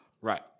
Right